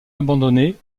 abandonné